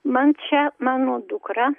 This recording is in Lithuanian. man čia mano dukra